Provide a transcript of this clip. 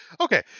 Okay